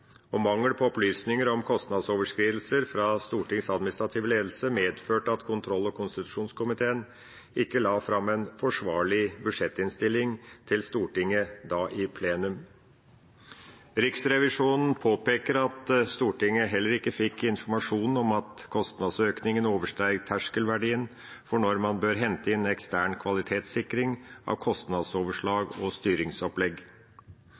og at mangel på opplysninger om kostnadsoverskridelser fra Stortingets administrative ledelse medførte at kontroll- og konstitusjonskomiteen ikke la fram en forsvarlig budsjettinnstilling for Stortinget i plenum. Riksrevisjonen påpeker at Stortinget heller ikke fikk informasjon om at kostnadsøkningen oversteg terskelverdien for når man bør hente inn ekstern kvalitetssikring av